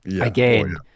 Again